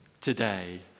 today